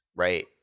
Right